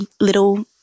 little